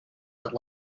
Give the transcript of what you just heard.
but